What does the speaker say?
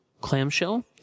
clamshell